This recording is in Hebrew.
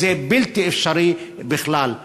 זה בלתי אפשרי בכלל.